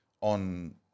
on